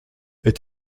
est